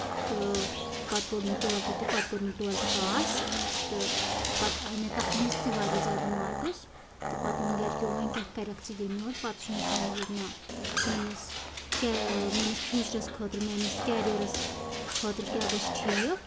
تہٕ پَتہٕ پوٚر مےٚ ٹُویلتھ تہِ پَتہٕ کوٚر مےٚ ٹُویلتھ پاس تہٕ پَتہٕ آیہِ مےٚ تَتھ منٛز تہِ واریاہ زیادٕ مارکٔس تہٕ پَتہٕ ووٚن گرکیو وَنۍ کیاہ کرکھ ژٕ ییٚمہِ برونٹھ پَتہٕ سوٗنچ مےٚ مےٚ دوٚپ نہ میٲنِس میٲنِس فوٗچرَس خٲطرٕ میٲنِس کیریَرَس خٲطرٕ کیاہ گژھِ ٹھیٖک